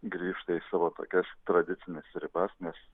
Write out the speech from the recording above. grįžta į savo tokias tradicines ribas nes